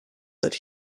that